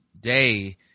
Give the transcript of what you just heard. day